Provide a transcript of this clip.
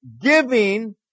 giving